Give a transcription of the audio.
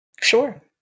Sure